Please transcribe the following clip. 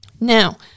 Now